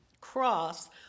cross